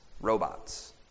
Robots